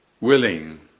willing